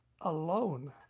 alone